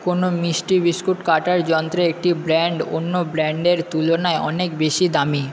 কোনো মিষ্টি বিস্কুট কাটার যন্ত্রে একটি ব্র্যান্ড অন্য ব্র্যান্ডের তুলনায় অনেক বেশি দামি